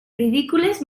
ridícules